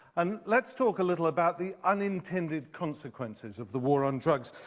and let's talk a little about the unintended consequences of the war on drugs.